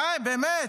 די, באמת.